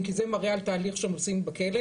כי זה מראה על תהליך שהם עושים בכלא,